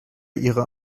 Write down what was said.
ihrer